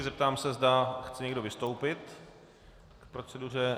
Zeptám se, zda chce někdo vystoupit k proceduře.